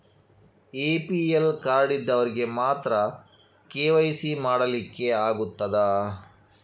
APL card ಇದ್ದವರಿಗೆ ಮಾತ್ರ KYC ಮಾಡಲಿಕ್ಕೆ ಆಗುತ್ತದಾ?